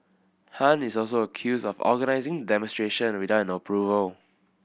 Han is also accused of organising demonstration without an approval